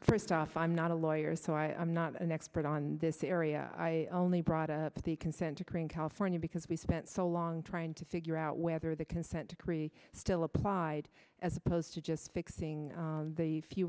first off i'm not a lawyer so i'm not an expert on this area i only brought up the consent decree in california because we spent so long trying to figure out whether the consent decree still applied as opposed to just fixing the few